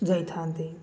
ଯାଇଥାନ୍ତି